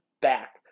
back